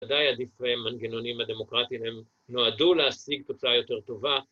עדיין עדיף להם מנגנונים הדמוקרטיים, הם נועדו להשיג תוצאה יותר טובה.